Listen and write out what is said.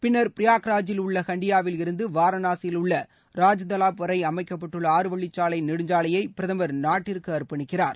பின்னர் பிரயாக்ராஜில் உள்ள ஹன்டியாவில் இருந்து வாரணாசியில் உள்ள ரஐதலாப் வரை அமைக்கப்பட்டுள்ள ஆறு வழி நெடுஞ்சாலையை பிரதமர் நாட்டிற்கு அற்பணிக்கிறார்